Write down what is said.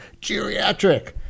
geriatric